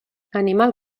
animal